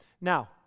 Now